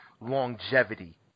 longevity